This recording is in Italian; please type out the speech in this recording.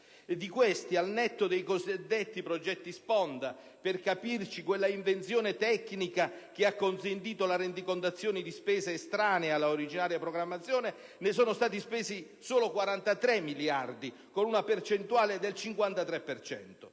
Di questi, al netto dei cosiddetti progetti sponda - per capirci, quella invenzione tecnica che ha consentito la rendicontazione di spese estranee alla originaria programmazione - ne sono stati spesi solo 43 miliardi, con una percentuale del 53